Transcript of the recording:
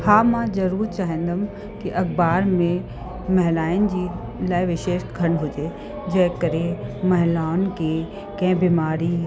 हा मां ज़रूरु चाहींदमि की अख़बार में महिलाउनि जी लाइ विशेष खंड हुजे जंहिं करे महिलाउनि खे कंहिं बीमारी